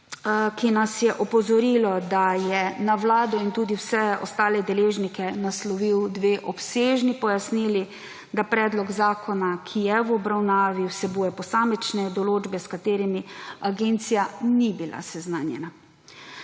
ki nas je opozorila, da je na Vlado in tudi vse ostale deležnike naslovila dve obsežni pojasnili, da predlog zakona, ki je v obravnavi, vsebuje posamične določbe, s katerimi agencija ni bila seznanjena,